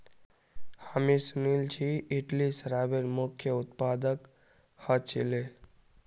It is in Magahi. हामी सुनिल छि इटली शराबेर मुख्य उत्पादक ह छिले